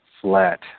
flat